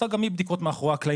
שעשתה גם היא בדיקות מאחורי הקלעים,